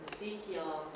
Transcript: Ezekiel